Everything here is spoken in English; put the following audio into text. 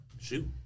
Shoot